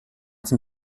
dem